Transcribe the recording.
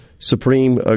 Supreme